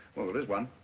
well, there is one.